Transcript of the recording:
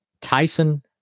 Tyson